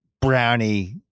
brownie